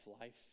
life